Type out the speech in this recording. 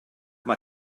mae